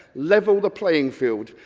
level the playing field.